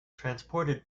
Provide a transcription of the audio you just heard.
transported